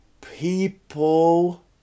people